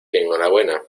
enhorabuena